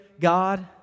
God